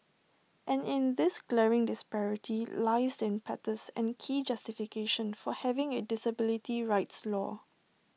and in this glaring disparity lies impetus and key justification for having A disability rights law